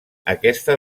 aquesta